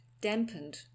dampened